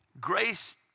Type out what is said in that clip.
grace